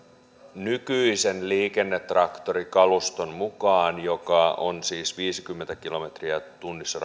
nykyisen liikennetraktorikaluston mukaan joka on siis viisikymmentä kilometriä tunnissa